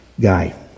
guy